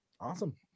awesome